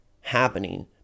happening